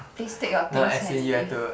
please take your things and leave